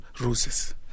roses